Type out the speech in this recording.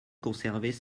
conservaient